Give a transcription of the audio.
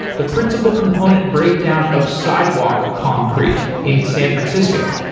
the principal component breakdown of sidewalk concrete in san francisco.